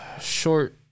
short